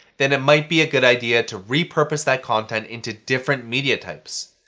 then it might be a good idea to repurpose that content into different media types.